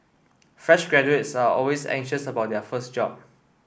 fresh graduates are always anxious about their first job